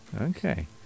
Okay